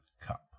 Cup